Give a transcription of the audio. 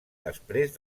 després